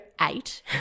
eight